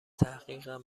تحقیقم